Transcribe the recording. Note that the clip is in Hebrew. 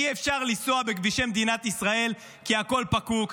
אי-אפשר לנסוע בכבישי מדינת ישראל כי הכול פקוק,